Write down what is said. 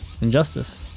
Injustice